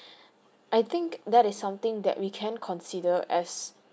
I think that is something that we can consider as